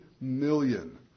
million